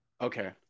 okay